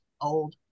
old